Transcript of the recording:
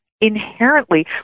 inherently